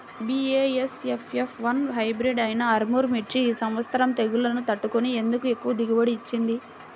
BASF F one hybrid అయినా ఆర్ముర్ మిర్చి ఈ సంవత్సరం తెగుళ్లును తట్టుకొని ఎందుకు ఎక్కువ దిగుబడి ఇచ్చింది?